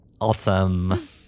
Awesome